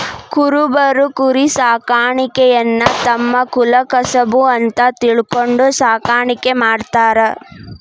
ಕುರಬರು ಕುರಿಸಾಕಾಣಿಕೆಯನ್ನ ತಮ್ಮ ಕುಲಕಸಬು ಅಂತ ತಿಳ್ಕೊಂಡು ಸಾಕಾಣಿಕೆ ಮಾಡ್ತಾರ